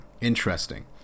interesting